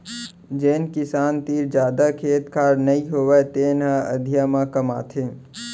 जेन किसान तीर जादा खेत खार नइ होवय तेने ह अधिया म कमाथे